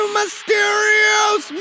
mysterious